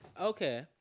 Okay